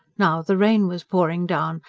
now, the rain was pouring down,